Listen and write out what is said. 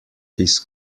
his